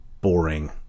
boring